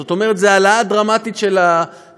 זאת אומרת, זו העלאה דרמטית של ה"מקל"